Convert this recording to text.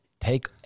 take